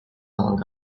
among